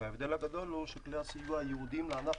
ההבדל הגדול הוא שכלי הסיוע הייעודיים לענף